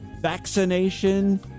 vaccination